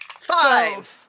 Five